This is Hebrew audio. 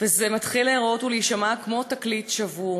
וזה מתחיל להיראות ולהישמע כמו תקליט שבור.